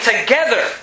together